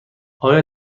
آیا